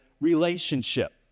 relationship